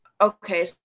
okay